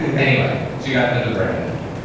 anyway, so you got in touch with brandon.